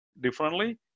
differently